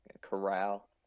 corral